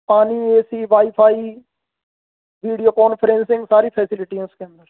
पानी A C wifi video conferencing सारी facility है उसके अंदर